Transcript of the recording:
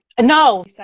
No